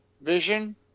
Vision